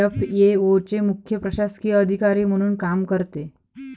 FAO चे मुख्य प्रशासकीय अधिकारी म्हणून काम करते